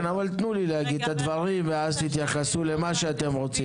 תנו לי להגיד את הדברים ואז תתייחסו למה שתרצו.